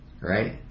right